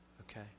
okay